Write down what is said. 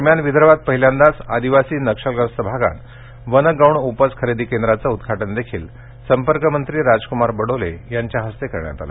दरम्यान विदर्भात पहिल्यांदाच आदिवासी नक्षलग्रस्त भागात वन गौण उपज खरेदी केंद्राचं उद्घाटनदेखील संपर्कमंत्री राजक्मार बडोले यांच्या हस्ते करण्यात आलं